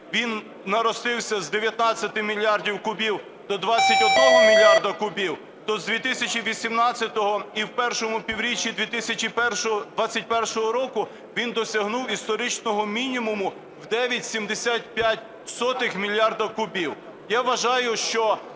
він наростився з 19 мільярдів кубів до 21 мільярда кубів, то з 2018 року і першому півріччі 2021 року він досягнув історичного мінімуму в 9,75 мільярда кубів.